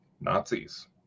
Nazis